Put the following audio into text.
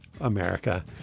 America